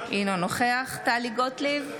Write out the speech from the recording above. אינו נוכח טלי גוטליב,